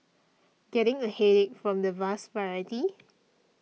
getting a headache from the vast variety